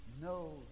No